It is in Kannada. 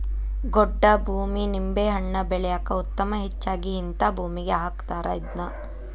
ಗೊಡ್ಡ ಭೂಮಿ ನಿಂಬೆಹಣ್ಣ ಬೆಳ್ಯಾಕ ಉತ್ತಮ ಹೆಚ್ಚಾಗಿ ಹಿಂತಾ ಭೂಮಿಗೆ ಹಾಕತಾರ ಇದ್ನಾ